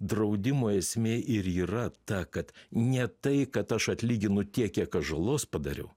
draudimo esmė ir yra ta kad ne tai kad aš atlyginu tiek kiek aš žalos padariau